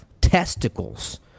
testicles